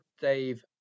Dave